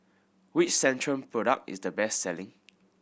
which Centrum product is the best selling